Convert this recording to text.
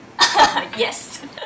Yes